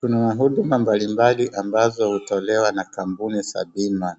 Kuna huduma mbalimbali ambazo hutolewa na kampuni za bima.